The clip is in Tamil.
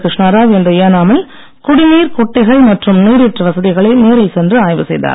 கிருஷ்ணா ராவ் இன்று ஏனா மில் குடிநீர் குட்டைகள் மற்றும் நீரேற்று வசதிகளை நேரில் சென்று ஆய்வு செய்தார்